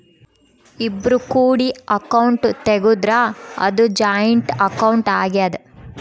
ಇಬ್ರು ಕೂಡಿ ಅಕೌಂಟ್ ತೆಗುದ್ರ ಅದು ಜಾಯಿಂಟ್ ಅಕೌಂಟ್ ಆಗ್ಯಾದ